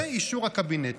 אישור הקבינט.